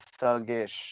thuggish